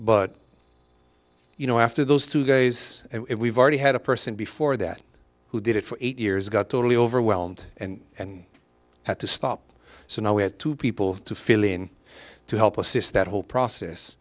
but you know after those two days it we've already had a person before that who did it for eight years got totally overwhelmed and and had to stop so now we had two people to fill in to help us is that whole process